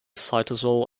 cytosol